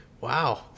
wow